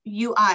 UI